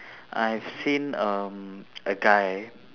I've seen um a guy